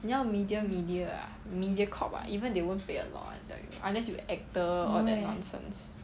你要 media media ah mediacorp ah even they won't pay a lot [one] I tell you unless you actor all that nonsense